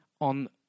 on